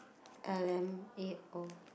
L_M_A_O